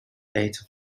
eighty